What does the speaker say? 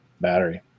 battery